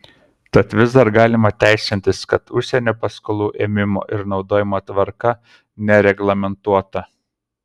tad vis dar galima teisintis kad užsienio paskolų ėmimo ir naudojimo tvarka nereglamentuota